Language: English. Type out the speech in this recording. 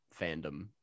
fandom